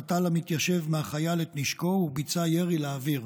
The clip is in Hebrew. נטל המתיישב מהחייל את נשקו וביצע ירי לאוויר.